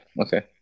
Okay